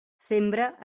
sembra